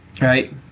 Right